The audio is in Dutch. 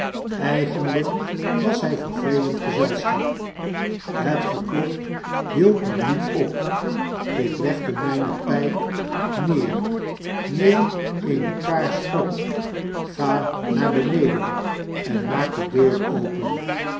eigenlijk was hij vervelend gezelschap het geklop hield maar niet op ik leg my ne syp neer neem eene kaars op ga naar beneen en maak de deur open